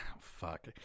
fuck